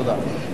תודה רבה.